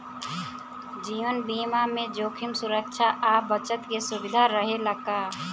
जीवन बीमा में जोखिम सुरक्षा आ बचत के सुविधा रहेला का?